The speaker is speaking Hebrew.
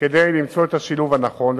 כדי למצוא את השילוב הנכון.